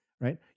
right